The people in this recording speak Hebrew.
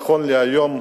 נכון להיום,